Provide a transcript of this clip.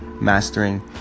mastering